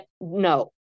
no